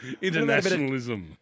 internationalism